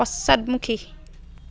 পশ্চাদমুখী